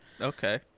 Okay